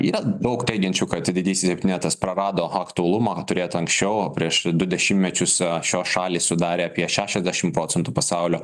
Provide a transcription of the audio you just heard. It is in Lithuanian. yra daug teigiančių kad didysis septynetas prarado aktualumą turėtą anksčiau prieš du dešimečius šios šalys sudarė apie šešiasdešim procentų pasaulio